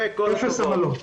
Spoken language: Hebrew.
אפס עמלות.